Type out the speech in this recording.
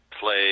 play